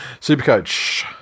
Supercoach